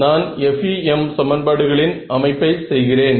நான் FEM சமன்பாடுகளின் அமைப்பை செய்கிறேன்